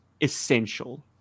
essential